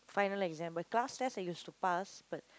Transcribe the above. final exams my class test I used to pass but